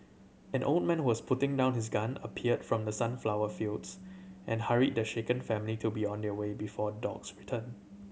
an old man who was putting down his gun appeared from the sunflower fields and hurried the shaken family to be on their way before dogs return